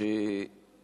שאני